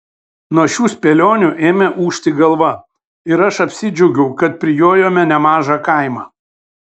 nuo šių spėlionių ėmė ūžti galva ir aš apsidžiaugiau kad prijojome nemažą kaimą